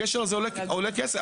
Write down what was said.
הגשר הזה עולה כסף.